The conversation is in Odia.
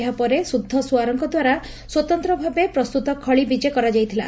ଏହାପରେ ସୁଦ୍ଧ ସୁଆରଙ୍କଦ୍ୱାରା ସ୍ୱତନ୍ତଭାବେ ପ୍ରସ୍ଥତ ଖଳି ବିଜେ କରାଯାଇଥିଲା